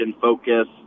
focus